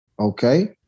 okay